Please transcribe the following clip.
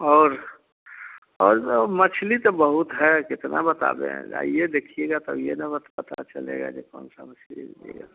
और और मछली तो बहुत है कितना बतावें आइए देखिएगा तब ही न बत पता चलेगा जे कौन सा मछली लिए